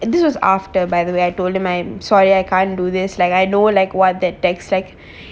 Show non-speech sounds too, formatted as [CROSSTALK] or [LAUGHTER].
this was after by the way I told him I'm sorry I can't do this like I know like what that text like [BREATH]